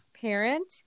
parent